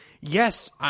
yes